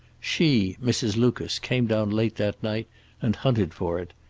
she, mrs. lucas, came down late that night and hunted for it.